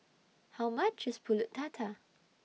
How much IS Pulut Tatal